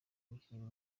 umukinnyi